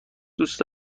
دوست